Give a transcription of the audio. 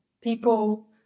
people